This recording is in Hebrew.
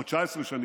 או 19 שנים,